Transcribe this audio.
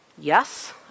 Yes